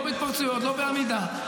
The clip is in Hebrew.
לא בהתפרצויות, לא בעמידה.